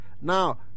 Now